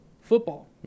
football